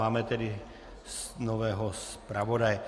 Máme tedy nového zpravodaje.